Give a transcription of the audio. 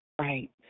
Right